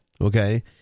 okay